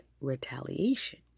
retaliation